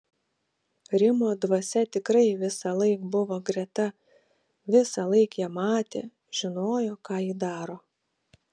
rimo dvasia tikrai visąlaik buvo greta visąlaik ją matė žinojo ką ji daro